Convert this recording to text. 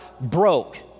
broke